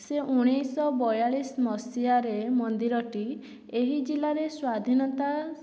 ସେ ଉଣେଇଶହ ବୟାଳିଶ ମସିହାରେ ମନ୍ଦିରଟି ଏହି ଜିଲ୍ଲାରେ ସ୍ଵାଧୀନତା